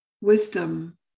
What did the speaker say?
wisdom